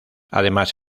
además